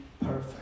perfect